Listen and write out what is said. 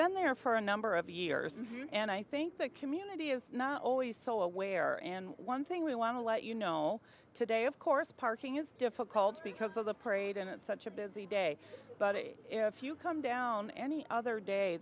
been there for a number of years and i think the community is not always so aware and one thing we want to let you know today of course parking is difficult because of the parade and it's such a busy day but if you come down any other day